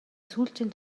сүүлчийн